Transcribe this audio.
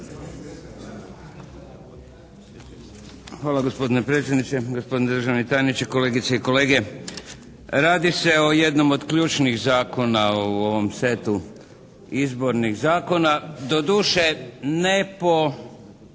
Hvala gospodine predsjedniče, gospodine državni tajniče, kolegice i kolege. Radi se o jednom od ključnih zakona u ovom setu, izbornih zakona. Doduše ne prvom